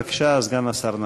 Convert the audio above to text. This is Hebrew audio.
בבקשה, סגן השר נהרי.